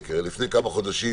כמובן צעד אחר צעד,